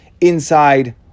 inside